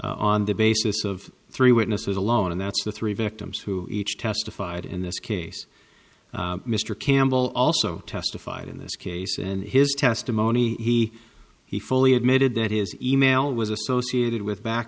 on the basis of three witnesses alone and that's the three victims who each testified in this case mr campbell also testified in this case and his testimony he he fully admitted that his e mail was associated with back